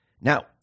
Now